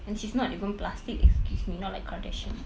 and she's not even plastic excuse me not like kardashian